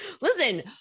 listen